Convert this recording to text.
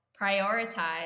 prioritize